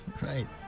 Right